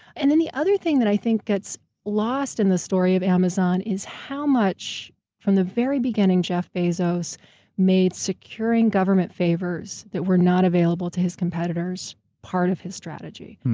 and then, the other thing that i think gets lost in the story of amazon is how much from the very beginning jeff bezos made securing government favors that were not available to his competitors part of his strategy.